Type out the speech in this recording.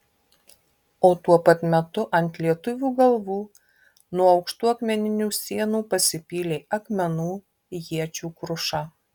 o tuo pat metu ant lietuvių galvų nuo aukštų akmeninių sienų pasipylė akmenų iečių kruša